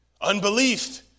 Unbelief